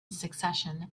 succession